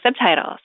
subtitles